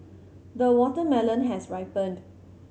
the watermelon has ripened